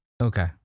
Okay